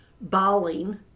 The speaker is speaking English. bawling